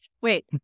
Wait